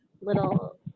little